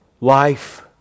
life